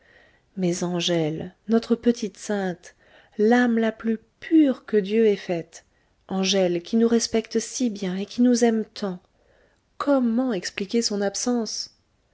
mais angèle notre petite sainte l'âme la plus pure que dieu ait faite angèle qui nous respecte si bien et qui nous aime tant comment expliquer son absence